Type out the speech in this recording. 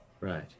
Right